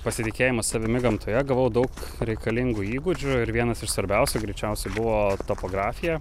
pasitikėjimas savimi gamtoje gavau daug reikalingų įgūdžių ir vienas iš svarbiausių greičiausiai buvo topografija